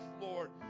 Lord